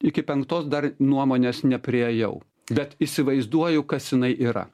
iki penktos dar nuomonės nepriėjau bet įsivaizduoju kas jinai yra